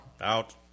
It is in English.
Out